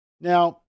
Now